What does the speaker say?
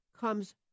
comes